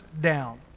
down